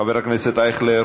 חבר הכנסת אייכלר,